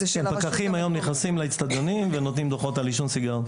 הפקחים נכנסים היום לאצטדיונים ונותנים דוחות על עישון סיגריות.